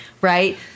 right